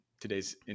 today's